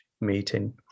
meeting